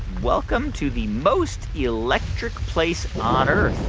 welcome to the most electric place on earth